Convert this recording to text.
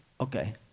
Okay